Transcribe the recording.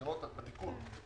בתיקון.